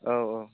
औ औ